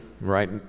right